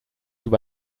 über